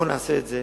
בואו נעשה את זה,